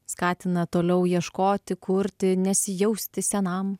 skatina toliau ieškoti kurti nesijausti senam